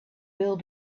will